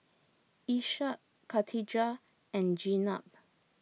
Ishak Katijah and Jenab